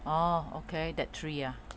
orh okay that three ah